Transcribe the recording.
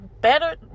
better